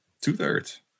Two-thirds